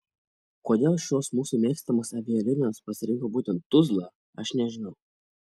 kodėl šios mūsų mėgstamos avialinijos pasirinko būtent tuzlą aš nežinau